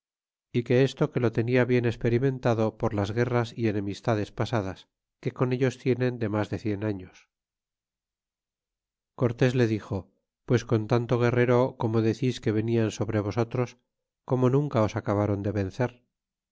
y que esto que lo tenia bien experimentado por las guerras y enemistades pasadas que con ellos tienen de mas de cien años y cortes le dixo pues con tanto guerrero como decís que venian sobre vosotros como nunca os acabaron de vencer